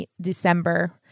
December